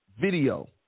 video